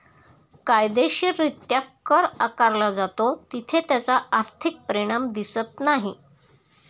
कायदेशीररित्या कर आकारला जातो तिथे त्याचा आर्थिक परिणाम दिसत नाही